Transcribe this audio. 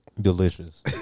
Delicious